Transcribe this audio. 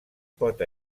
pot